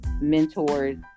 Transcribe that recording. mentors